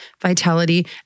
vitality